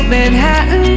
Manhattan